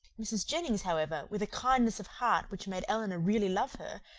mrs. jennings, however, with a kindness of heart which made elinor really love her,